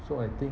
so I think